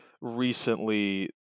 recently